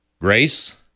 Grace